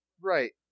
Right